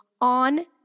on